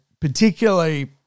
particularly